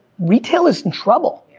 retail is in trouble,